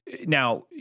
Now